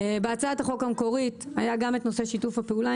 בהצעת החוק המקורית היה גם את נושא שיתוף הפעולה